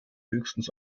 höchstens